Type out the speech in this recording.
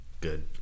good